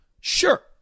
Sure